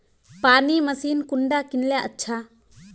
पानी मशीन कुंडा किनले अच्छा?